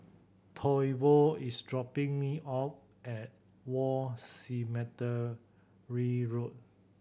Toivo is dropping me off at War Cemetery Road